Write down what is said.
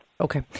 Okay